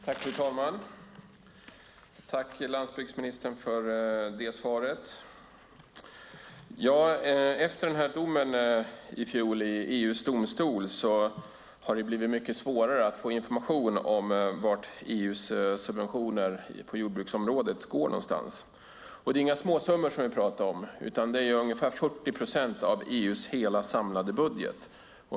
Fru talman! Tack, landsbygdsministern, för svaret! Efter domen i EU:s domstol i fjol har det blivit mycket svårare om att få information om vart EU:s subventioner på jordbruksområdet går någonstans. Det är inga småsummor vi talar om, utan det är ungefär 40 procent av EU:s samlade budget.